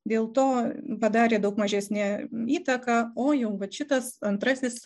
dėl to padarė daug mažesnę įtaką o jau vat šitas antrasis